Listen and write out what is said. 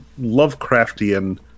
Lovecraftian